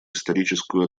историческую